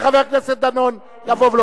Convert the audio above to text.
חבר הכנסת נסים זאב.